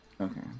Okay